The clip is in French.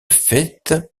faîte